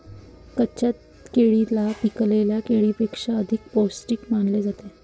कच्च्या केळीला पिकलेल्या केळीपेक्षा अधिक पोस्टिक मानले जाते